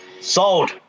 Sold